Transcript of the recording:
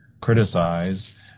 criticize